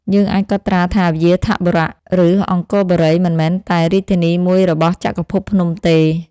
យើងអាចកត់ត្រាថា វ្យាធបុរៈ ឬ អង្គរបូរីមិនមែនតែ រាជធានីមួយរបស់ចក្រភពភ្នំទេ ។